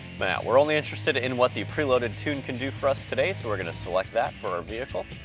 we're only interested in what the pre-loaded tune can do for us today, so we're gonna select that for our vehicle.